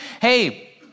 hey